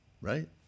right